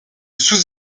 sous